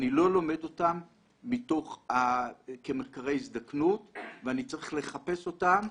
אני לא לומד אותם כמחקרי הזדקנות ואני צריך לחפש אותם,